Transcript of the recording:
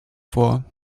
vor